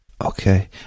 Okay